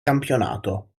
campionato